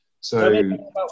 So-